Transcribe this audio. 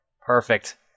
Perfect